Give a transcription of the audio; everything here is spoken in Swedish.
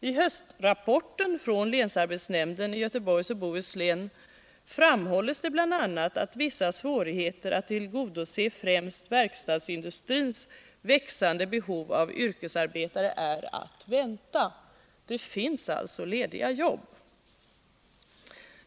I höstrapporten från länsarbetsnämnden i Göteborgs och Bohus län framhålls bl.a. att vissa svårigheter att tillgodose främst verkstadsindustrins växande behov av yrkesarbetare är att vänta. Det finns alltså lediga jobb.